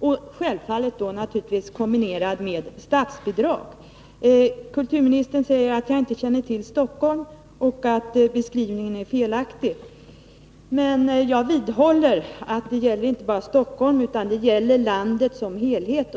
vara — självfallet i kombination med statsbidrag. Kulturministern säger att jag inte känner till Stockholm och att min beskrivning av läget är felaktig. Men jag vidhåller att det inte bara gäller Stockholm utan även landet som helhet.